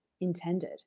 intended